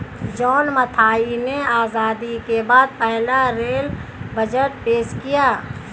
John Mathai ने आजादी के बाद पहला रेल बजट पेश किया